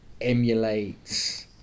emulates